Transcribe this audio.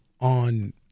on